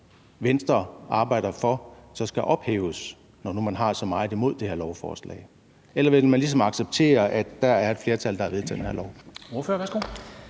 Venstre arbejder for skal ophæves, når nu man har så meget imod det her lovforslag? Eller vil man ligesom acceptere, at der er et flertal, der har vedtaget det her